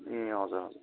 ए हजुर हजुर